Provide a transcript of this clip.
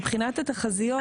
מבחינת התחזיות,